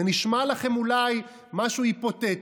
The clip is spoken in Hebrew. זה נשמע לכם אולי משהו היפותטי,